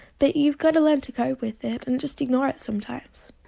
but you've got to learn to cope with it and just ignore it sometimes.